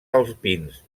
alpins